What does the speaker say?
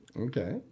Okay